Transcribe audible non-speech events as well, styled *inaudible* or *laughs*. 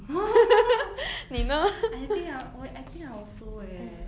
*laughs* I think I 我 I think I also eh